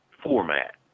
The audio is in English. format